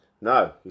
No